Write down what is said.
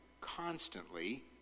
constantly